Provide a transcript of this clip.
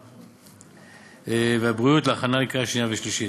הרווחה והבריאות להכנה לקריאה שנייה ושלישית.